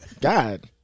God